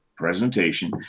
Presentation